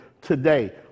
today